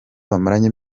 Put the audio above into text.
bamaranye